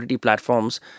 platforms